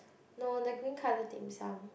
no the green colour dim sum